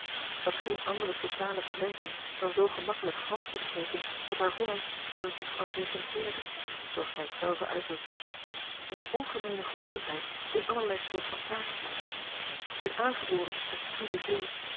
had geen andere sociale talenten dan zoo gemakkelijk fransch te spreken dat haar hollandsch er zich van ressenteerde zooals zij het zelve uitdrukte en eene ongemeene geoefendheid in allerlei soort van kaartspel een aangeboren esprit